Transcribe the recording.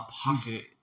pocket